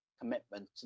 commitment